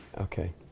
Okay